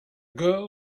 girl